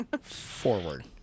forward